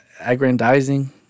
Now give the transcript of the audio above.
aggrandizing